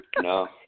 no